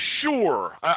Sure